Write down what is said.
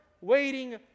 waiting